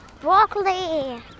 Broccoli